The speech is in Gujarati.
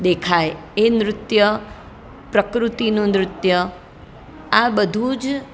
દેખાય એ નૃત્ય પ્રકૃતિનું નૃત્ય આ બધું જ